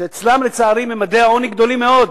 שאצלם, לצערי, ממדי העוני גדולים מאוד,